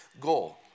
goal